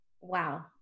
wow